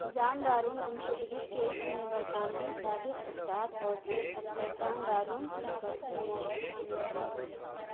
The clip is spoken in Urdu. جان ڈارون گمشدگی کیس میں برطانوی سابق استاد اور جیل افسر جان ڈارون کی فرضی موت شامل تھی